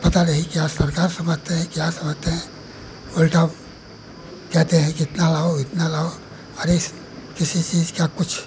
पता नहीं क्या सरकार समझते हैं क्या समझते हैं उल्टा कहते हैं कि इतना लाओ इतना लाओ अरे किसी चीज़ का कुछ